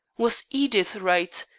was edith right?